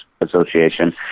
Association